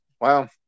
wow